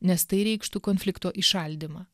nes tai reikštų konflikto įšaldymą